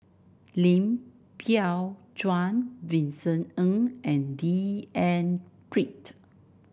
Lim Biow Chuan Vincent Ng and D N Pritt